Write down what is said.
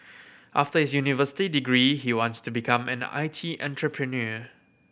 after his university degree he wants to become an I T entrepreneur